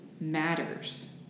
matters